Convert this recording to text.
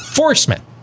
enforcement